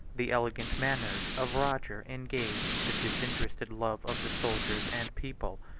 the elegant manners, of roger engaged the disinterested love of the soldiers and people.